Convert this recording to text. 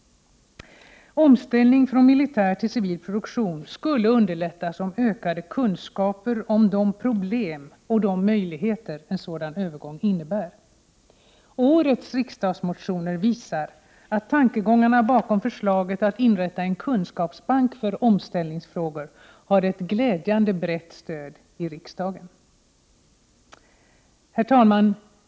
Omställning från militär till civil produktion skulle underlättas genom ökade kunskaper om de problem och de möjligheter som en sådan övergång innebär. Årets riksdagsmotioner visar att tankegångarna bakom förslaget att inrätta en kunskapsbank för omställningsfrågor glädjande nog har ett brett stöd i riksdagen. Herr talman!